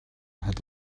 had